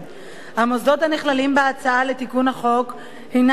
המוסדות הנכללים בהצעה לתיקון החוק הינם מכללות